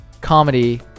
comedy